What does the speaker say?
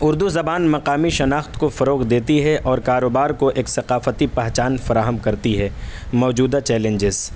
اردو زبان مقامی شناخت کو فروغ دیتی ہے اور کاروبار کو ایک ثقافتی پہچان فراہم کرتی ہے موجودہ چیلنجز